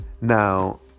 Now